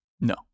No